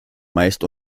meist